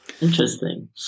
Interesting